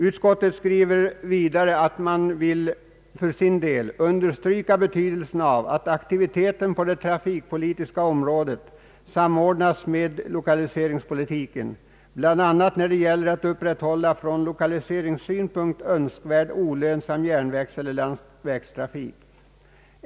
Utskottet skriver vidare att man vill understryka betydelsen av att aktiviteten på det trafikpolitiska området samordnas med lokaliseringspolitiken bl.a. när det gäller att upprätthålla från 1okaliseringssynpunkt önskvärd lönsam järnvägseller landsvägstrafik.